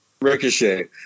Ricochet